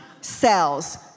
cells